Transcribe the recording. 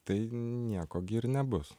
tai nieko gi ir nebus